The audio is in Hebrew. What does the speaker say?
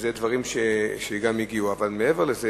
מעבר לזה,